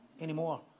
anymore